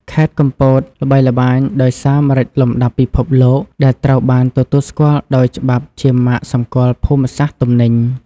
ខេត្តកំពតល្បីល្បាញដោយសារម្រេចលំដាប់ពិភពលោក ដែលត្រូវបានទទួលស្គាល់ដោយច្បាប់ជាម៉ាកសម្គាល់ភូមិសាស្ត្រទំនិញ។